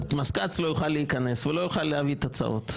המזכ"ץ לא יוכל להיכנס ולא יוכל להביא תָּצָ"אוֹת.